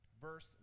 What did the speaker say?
verse